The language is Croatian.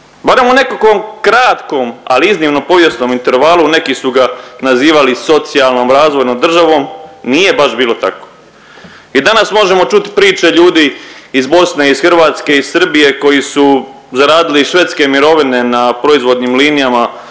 Barem u nekakvom kratkom ali iznimnom povijesnom intervalu neki su ga nazivali socijalnom razvojnom državom nije baš bilo tako. I danas možemo čuti priče ljudi iz Bosne, iz Hrvatske, iz Srbije koji su zaradili švedske mirovine na proizvodnim linijama